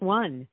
one